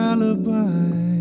Alibi